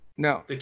No